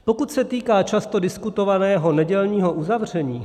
Pokud se týká často diskutovaného nedělního uzavření.